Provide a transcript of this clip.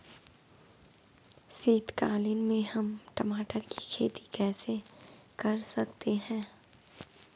शीतकालीन में हम टमाटर की खेती कैसे कर सकते हैं?